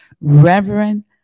reverend